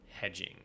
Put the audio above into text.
hedging